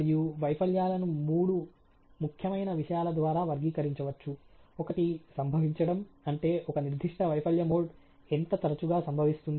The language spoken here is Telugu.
మరియు వైఫల్యాలను మూడు ముఖ్యమైన విషయాల ద్వారా వర్గీకరించవచ్చు ఒకటి సంభవించడం అంటే ఒక నిర్దిష్ట వైఫల్య మోడ్ ఎంత తరచుగా సంభవిస్తుంది